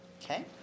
Okay